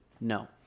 No